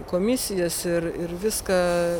komisijas ir ir viską